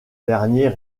dernier